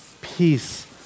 peace